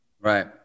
Right